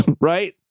right